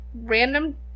random